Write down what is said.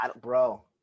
Bro